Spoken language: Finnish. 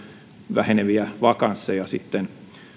väheneviä vakansseja sitten